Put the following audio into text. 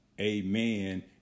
Amen